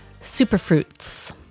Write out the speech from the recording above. superfruits